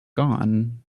gone